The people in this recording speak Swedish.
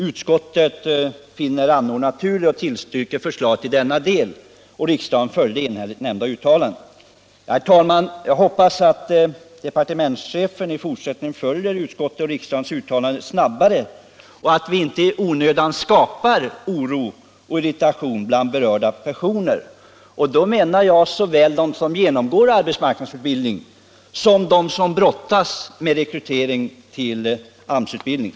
Utskottet finner anordningen naturlig och tillstyrker förslaget i denna del.” Riksdagen antog enhälligt nämnda uttalande. Herr talman! Jag hoppas att departementschefen i fortsättningen följer utskottets och riksdagens uttalanden snabbare och inte i onödan skapar oro och irritation bland berörda personer — därmed menar jag både de som genomgår arbetsmarknadsutbildning och de som brottas med rekrytering till AMS-utbildning.